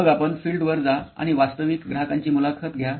मग आपण फिएल्डवर जा आणि वास्तविक ग्राहकांची मुलाखत घ्या